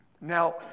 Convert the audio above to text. Now